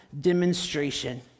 demonstration